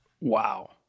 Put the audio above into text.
Wow